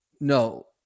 no